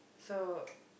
so